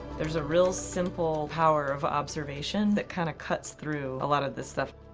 there's a real simple power of observation that kind of cuts through a lot of the stuff.